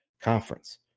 conference